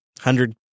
hundred